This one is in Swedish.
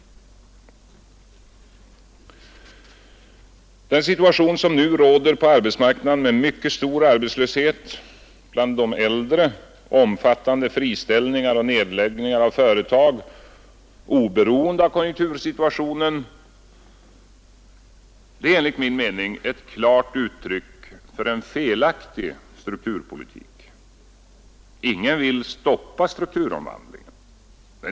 Den situation som nu råder på arbetsmarknaden med mycket stor arbetslöshet bland de äldre och omfattande friställningar och nedläggningar av företag oberoende av Konjunktursituationen är enligt min mening ett klart uttryck för en felaktig strukturpolitik. Ingen vill stoppa strukturomvandlingen.